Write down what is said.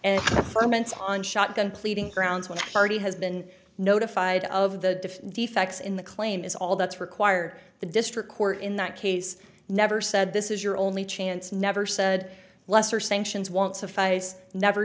and ferment on shotgun pleading grounds one party has been notified of the defects in the claim is all that's required the district court in that case never said this is your only chance never said lesser sanctions won't suffice never